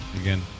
again